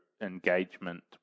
engagement